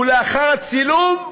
ולאחר הצילום,